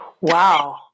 Wow